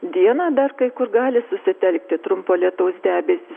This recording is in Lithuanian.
dieną dar kai kur gali susitelkti trumpo lietaus debesys